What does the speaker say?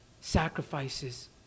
sacrifices